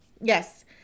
yes